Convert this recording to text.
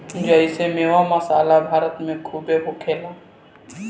जेइसे मेवा, मसाला भारत मे खूबे होखेला